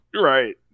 right